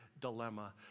dilemma